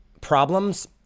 problems